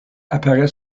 apparaît